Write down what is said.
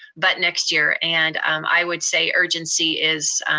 but next year. and um i would say urgency is.